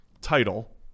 title